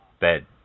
bed